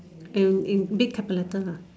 in in big capital letters lah